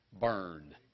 burn